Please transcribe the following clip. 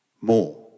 more